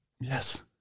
Yes